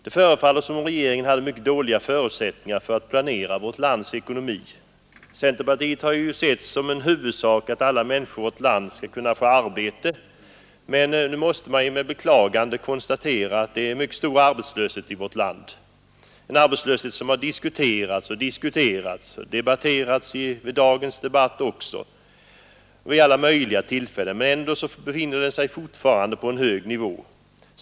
Det förefaller som om regeringen hade mycket dåliga förutsättningar för att planera vårt lands ekonomi. Centerpartiet har sett som en huvudsak att alla människor i vårt land skall kunna få arbete, men nu måste vi med beklagande konstatera att det är mycket stor arbetslöshet i vårt land, en arbetslöshet som har diskuterats och debatterats, även i dag och vid alla möjliga tillfällen, men som ändå fortfarande befinner sig på en hög nivå.